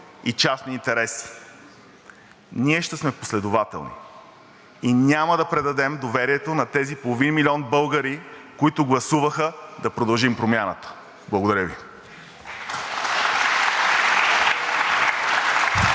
и частни интереси. Ние ще сме последователни и няма да предадем доверието на тези половин милион българи, които гласуваха да продължим промяната. Благодаря Ви. (Народните